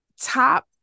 top